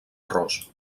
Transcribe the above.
errors